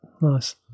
Nice